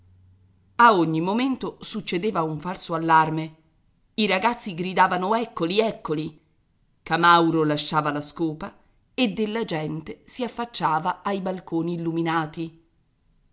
a ogni momento succedeva un falso allarme i ragazzi gridavano eccoli eccoli camauro lasciava la scopa e della gente si affacciava ai balconi illuminati